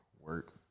work